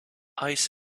ice